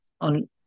on